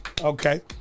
Okay